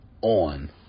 on